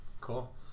cool